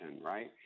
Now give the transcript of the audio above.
right